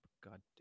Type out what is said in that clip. goddamn